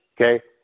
Okay